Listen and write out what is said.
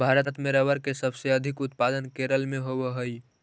भारत में रबर के सबसे अधिक उत्पादन केरल में होवऽ हइ